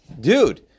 dude